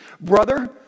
Brother